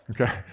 okay